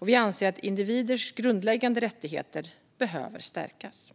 Vi anser att individers grundläggande rättigheter behöver stärkas.